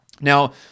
Now